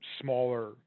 smaller